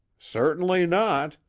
certainly not.